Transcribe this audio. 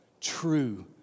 True